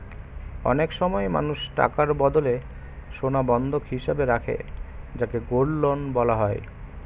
অনেক সময় মানুষ টাকার বদলে সোনা বন্ধক হিসেবে রাখে যাকে গোল্ড লোন বলা হয়